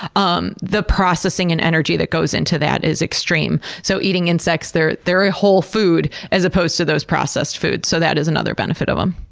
um the processing and energy that goes into that is extreme. so eating insects, they're they're a whole food, as opposed to those processed foods, so that is another benefit of them.